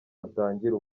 atangira